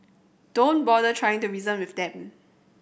don't bother trying to reason with them